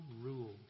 rule